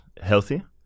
healthy